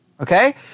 Okay